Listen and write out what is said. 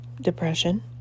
depression